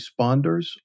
responders